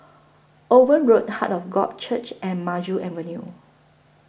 Owen Road Heart of God Church and Maju Avenue